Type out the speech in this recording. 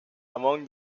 among